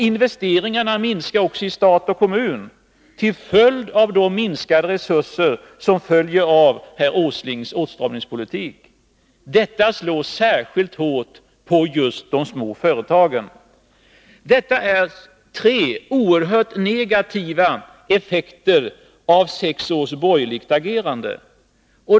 Investeringarna minskar också i stat och kommun till följd av de minskade resurser som blir resultatet av herr Åslings åtstramningspolitik. Detta slår särskilt hårt på just de små företagen. Detta är tre oerhört negativa effekter av sex års borgerligt regerande.